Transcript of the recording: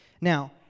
Now